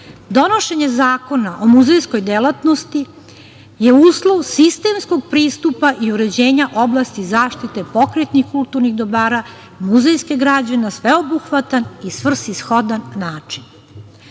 donošenje Zakona o muzejskoj delatnosti je uslov sistemskog pristupa i uređenja oblasti zaštite pokretnih kulturnih dobara, muzejske građe na sveobuhvatan i svrsishodan